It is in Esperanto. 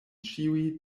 ĉiuj